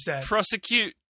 prosecute